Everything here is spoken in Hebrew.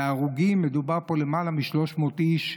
וההרוגים, מדובר פה על למעלה מ-300 איש,